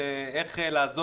אחת לכהונה,